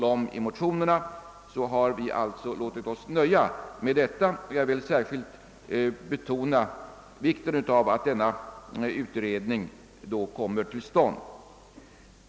Jag låter mig nöja med denna utskottsskrivning. Jag vill särskilt framhålla vikten av att denna utredning verkligen kommer till stånd.